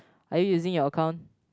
are you using your account